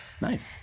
Nice